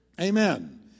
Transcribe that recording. Amen